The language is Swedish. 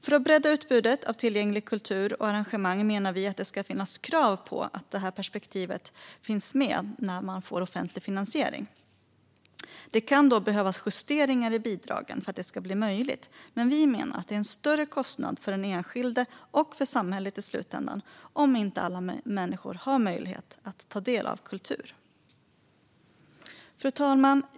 För att bredda utbudet av tillgänglig kultur och tillgängliga arrangemang menar vi att det ska finnas krav på att detta perspektiv ska vara med när man får offentlig finansiering. Det kan behövas justeringar i bidragen för att det ska bli möjligt, men vi menar att det är en större kostnad för den enskilde och för samhället om inte alla människor har möjlighet att ta del av kultur. Fru talman!